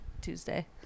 Tuesday